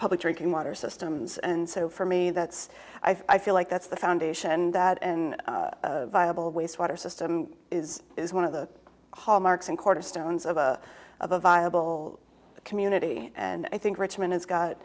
public drinking water systems and so for me that's i feel like that's the foundation and that in viable waste water system is is one of the hallmarks and cornerstones of a of a viable community and i think richmond has got